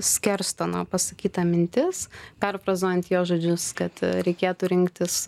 skerstono pasakyta mintis perfrazuojant jo žodžius kad reikėtų rinktis